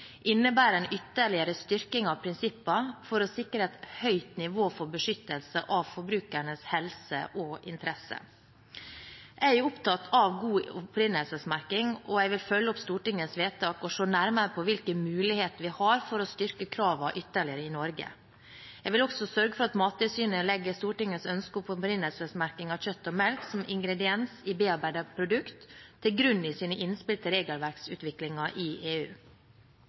innebærer en ytterligere styrking av prinsippene for å sikre et høyt nivå for beskyttelse av forbrukernes helse og interesser. Jeg er opptatt av god opprinnelsesmerking, og jeg vil følge opp Stortingets vedtak og se nærmere på hvilke muligheter vi har for å styrke kravene ytterligere i Norge. Jeg vil også sørge for at Mattilsynet legger Stortingets ønske om opprinnelsesmerking av kjøtt og melk som ingrediens i bearbeidede produkter til grunn i sine innspill til regelverksutviklingen i EU.